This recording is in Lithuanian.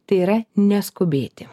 tai yra neskubėti